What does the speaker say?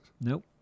Nope